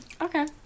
okay